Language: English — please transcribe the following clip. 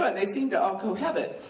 but they seem to all cohabit